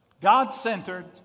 God-centered